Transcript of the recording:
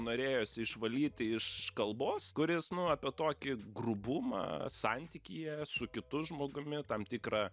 norėjosi išvalyti iš kalbos kuris nu apie tokį grubumą santykyje su kitu žmogumi tam tikrą